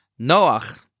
Noach